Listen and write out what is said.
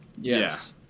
yes